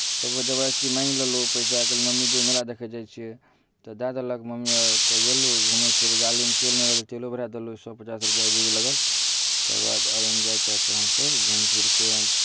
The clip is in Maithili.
तबो जबरदस्ती माङ्गि लेलहुँ पैसा कहलियै मम्मी दे मेला देखय लेल जाइ छियै तऽ दए देलक मम्मी आर तऽ गेलहुँ घूमै फिरय लेल गाड़ीमे तेल नहि रहल तऽ तेलो भरा देलहुँ सए पचास रुपैआके जे भी लागल तकर बाद आओर इन्जॉय कए कऽ हमसभ घूमि फिरि कऽ